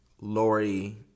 lori